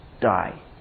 die